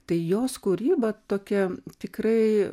tai jos kūryba tokia tikrai